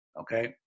Okay